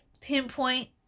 pinpoint